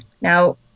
Now